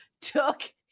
took